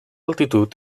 altitud